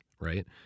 right